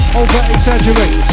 over-exaggerate